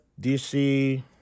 dc